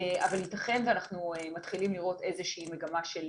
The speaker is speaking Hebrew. אבל ייתכן שאנחנו מתחילים לראות איזושהי מגמה של